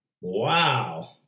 Wow